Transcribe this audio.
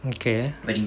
okay